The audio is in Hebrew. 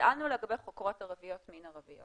שאלנו לגבי חוקרות מין ערביות.